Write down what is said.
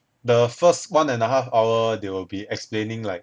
the first one and a half hour they will be explaining like